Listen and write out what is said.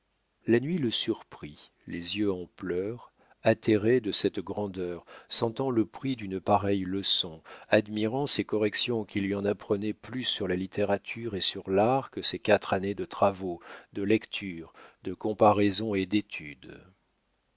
la nuit le surprit les yeux en pleurs atterré de cette grandeur sentant le prix d'une pareille leçon admirant ces corrections qui lui en apprenaient plus sur la littérature et sur l'art que ses quatre années de travaux de lectures de comparaisons et d'études